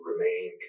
remain